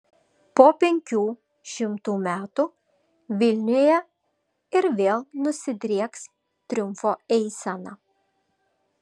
po penkių šimtų metų vilniuje ir vėl nusidrieks triumfo eisena